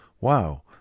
wow